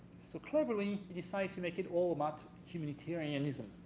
so cleverly he decided to make it all about humanitarianism.